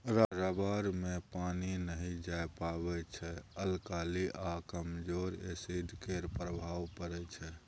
rubber मे पानि नहि जाए पाबै छै अल्काली आ कमजोर एसिड केर प्रभाव परै छै